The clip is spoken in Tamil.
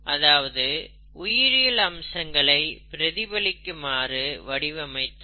அதாவது உயிரியல் அம்சங்களை பிரதிபலிக்குமாறு வடிவமைத்தல்